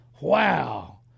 Wow